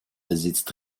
besitzt